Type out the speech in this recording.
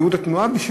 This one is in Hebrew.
מיעוט התנועה,